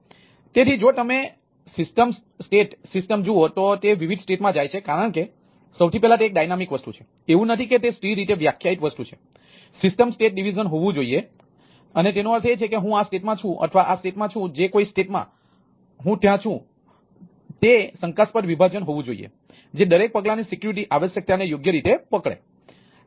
તેથી જો તમે સિસ્ટમ સ્ટેટ સિસ્ટમ હોવું જોઈએ જે દરેક પગલાની સિક્યુરિટી આવશ્યકતાને યોગ્ય રીતે પકડે છે